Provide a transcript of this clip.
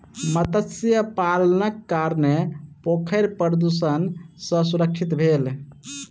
मत्स्य पालनक कारणेँ पोखैर प्रदुषण सॅ सुरक्षित भेल